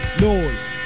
Noise